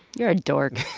you're a dork